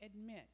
admit